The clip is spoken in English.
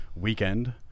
weekend